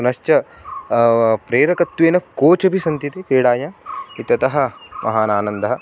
पुनश्च प्रेरकत्वेन कोच् अपि सन्ति इति क्रीडायाम् इत्यतः महान् आनन्दः